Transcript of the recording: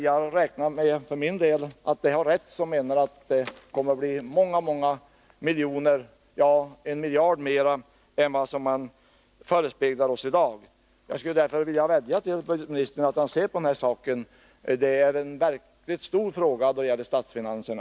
Jag räknar för min del med att de har rätt som menar att kostnaderna kommer att bli många miljoner, ja en miljard högre än vad som i dag förespeglas oss. Jag vill därför vädja till budgetministern att uppmärksamma denna när det gäller statsfinanserna verkligt stora fråga.